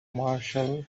marshall